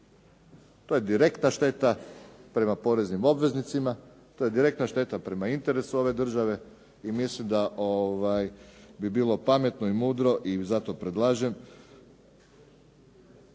To je direktna šteta prema poreznim obveznicima, to je direktna šteta prema interesu ove države i mislim da bi bilo pametno i mudro i zato predlažem